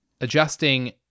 adjusting